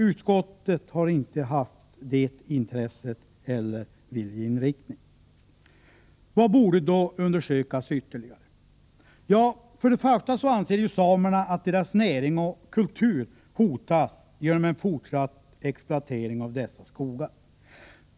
Utskottet har dock inte haft det intresset eller den viljeinriktningen. Vad borde då undersökas ytterligare? Till att börja med anser samerna att deras näring och kultur hotas genom en fortsatt exploatering av dessa skogar.